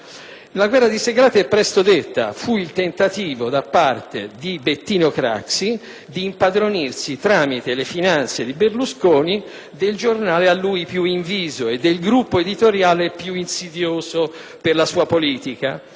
La guerra di Segrate è presto riassunta. Fu il tentativo da parte di Bettino Craxi di impadronirsi, tramite le finanze di Berlusconi, del giornale a lui più inviso e del gruppo editoriale più insidioso per la sua politica.